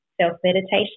self-meditation